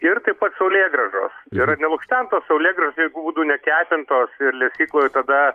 ir taip pat saulėgrąžos yra nelukštentos saulėgrąžos jeigu būtų nekepintos ir lesykloj tada